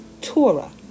Torah